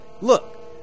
Look